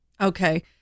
okay